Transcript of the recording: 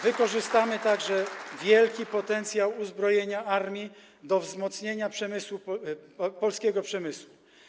Wykorzystamy także wielki potencjał uzbrojenia armii do wzmocnienia polskiego przemysłu.